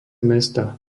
mesta